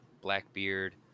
Blackbeard